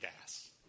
gas